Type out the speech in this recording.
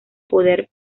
poder